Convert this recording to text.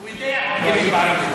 הוא יודע, בערבית.